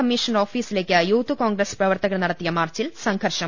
commissioner ഓഫീസിലേക്ക് youth Congress പ്രവർത്തകർ നടത്തിയ മാർച്ചിൽ സംഘർഷം